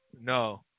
no